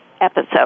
episode